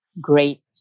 great